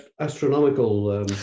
Astronomical